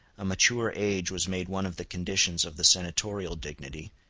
a mature age was made one of the conditions of the senatorial dignity,